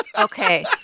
Okay